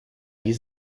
die